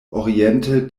oriente